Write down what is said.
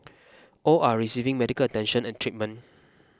all are receiving medical attention and treatment